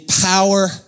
power